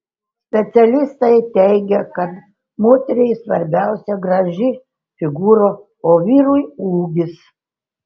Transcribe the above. specialistai teigia kad moteriai svarbiausia graži figūra o vyrui ūgis